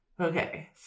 Okay